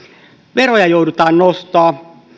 veroja joudutaan nostamaan